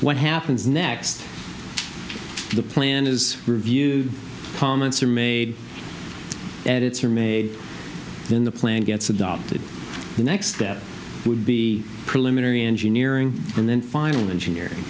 what happens next the plan is review comments are made and it's are made in the plan gets adopted the next step would be preliminary engineering